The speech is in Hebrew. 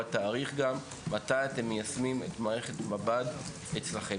תאריך מתי אתם מיישמים את מערכת המב"ד אצלכם.